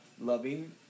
loving